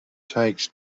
takes